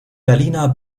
berliner